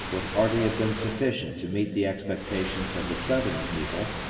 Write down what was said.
would hardly have been sufficient to meet the expectations of the southern people,